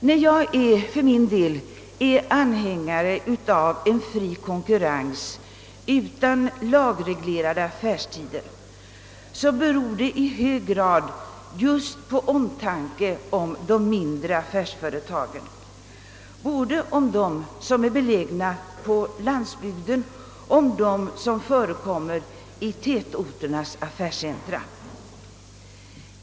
Att jag är anhängare av en fri konkurrens utan lagreglerade affärstider beror i hög grad just på omtanken om de mindre affärsföretagen, både de företag som är belägna på landsbygden och de som förekommer i tätorternas affärscentra.